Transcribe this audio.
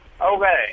okay